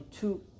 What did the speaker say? two